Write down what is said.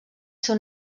seu